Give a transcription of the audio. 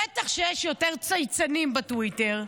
בטח שיש יותר צייצנים בטוויטר.